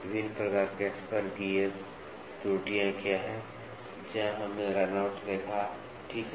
विभिन्न प्रकार के स्पर गियर त्रुटियाँ क्या हैं जहाँ हमने रनआउट देखा ठीक है